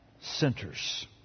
centers